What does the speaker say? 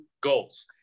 goals